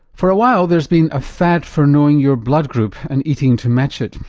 for a while there's been a fad for knowing your blood group and eating to match it.